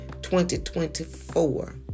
2024